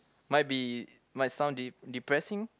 might be might sound de~ depressing